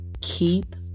Keep